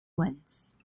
ones